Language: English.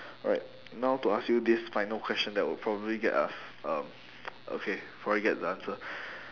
alright now to ask you this final question that will probably get us um okay probably get the answer